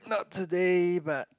not today but